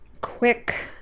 quick